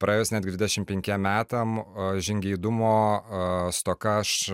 praėjus net dvidešimt penki metam žingeidumo stoka aš